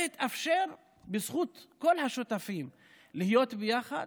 זה התאפשר בזכות כל השותפים להיות ביחד,